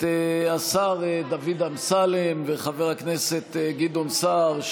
את השר דוד אמסלם וחבר הכנסת גדעון סער,